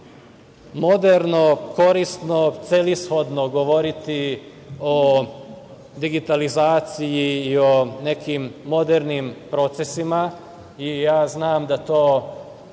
moderno, korisno, celishodno govoriti o digitalizaciji i o nekim modernim procesima. Ja znam da to